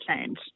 change